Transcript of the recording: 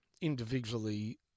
individually